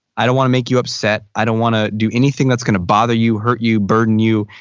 i don't want to make you upset. i don't want to do anything that's gonna bother you, hurt you, burden you,